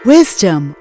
Wisdom